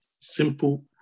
Simple